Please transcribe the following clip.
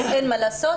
כי אין מה לעשות,